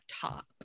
top